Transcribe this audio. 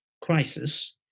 crisis